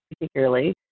particularly